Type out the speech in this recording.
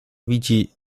widzi